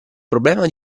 problema